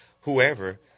whoever